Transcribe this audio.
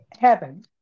heaven